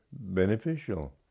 beneficial